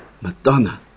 Madonna